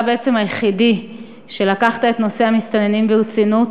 בעצם היחידי שלקחת את נושא המסתננים ברצינות.